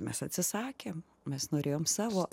mes atsisakėme mes norėjom savo